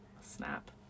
Snap